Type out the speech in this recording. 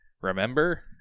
Remember